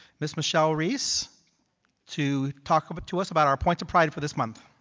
mrs. michelle reese to talk but to us about our points of pride for this month.